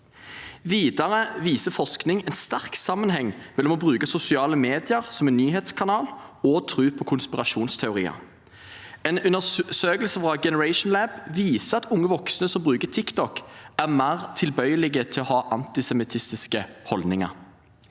Videre viser forskning en sterk sammenheng mellom å bruke sosiale medier som en nyhetskanal og å tro på konspirasjonsteorier. En undersøkelse fra The Generation Lab viser at unge voksne som bruker TikTok, er mer tilbøyelige til å ha antisemittistiske holdninger.